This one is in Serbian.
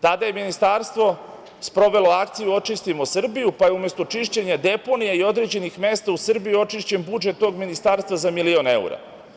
Tada je ministarstvo sprovelo akciju „Očistimo Srbiju“, pa je umesto čišćenja deponija i određenih mesta u Srbiji očišćen budžet tog ministarstva za milion evra.